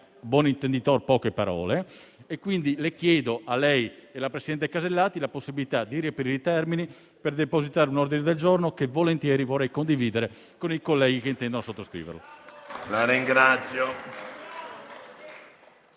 buon intenditore, poche parole. Chiedo quindi alla Presidenza la possibilità di riaprire i termini per depositare un ordine del giorno che volentieri condividerò con i colleghi che intendano sottoscriverlo.